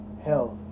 health